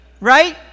right